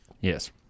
Yes